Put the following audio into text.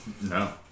No